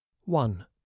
one